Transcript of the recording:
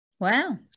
Wow